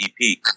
EP